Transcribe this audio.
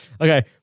Okay